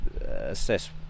assess